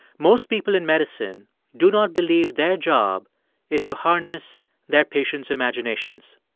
most people in medicine do not believe their job is to harness their patients' imaginations.